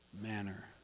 manner